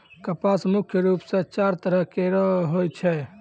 कपास मुख्य रूप सें चार तरह केरो होय छै